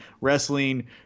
wrestling –